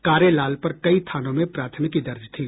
कारे लाल पर कई थानों में प्राथमिकी दर्ज थी